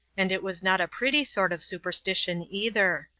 and it was not a pretty sort of superstition either.